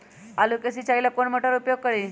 आलू के सिंचाई ला कौन मोटर उपयोग करी?